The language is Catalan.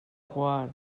quar